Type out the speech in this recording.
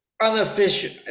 unofficial